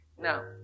Now